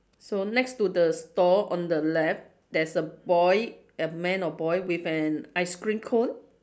so next to the store on the left there's a boy a man or boy with an ice cream cone